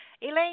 Elaine